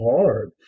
hard